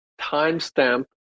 timestamp